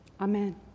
Amen